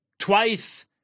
Twice